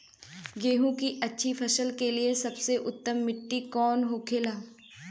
गेहूँ की अच्छी फसल के लिए सबसे उत्तम मिट्टी कौन होखे ला?